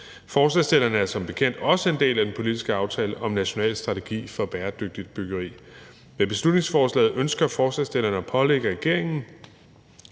Forslagsstillerne er som bekendt også en del af den politiske »Aftale om National strategi for bæredygtigt byggeri«. Med beslutningsforslaget ønsker forslagsstillerne at pålægge regeringen